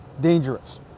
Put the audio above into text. dangerous